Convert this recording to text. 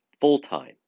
full-time